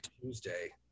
Tuesday